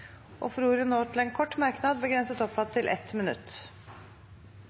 og får ordet til en kort merknad, begrenset til 1 minutt.